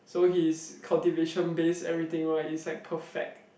so his cultivation base everything right it's like perfect <s/<